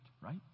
right